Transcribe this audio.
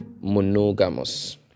monogamous